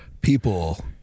people